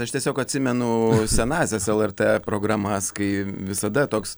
aš tiesiog atsimenu senąsias lrt programas kai visada toks